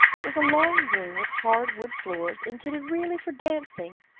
it was a long room with hard wood floor, intended really for dancing.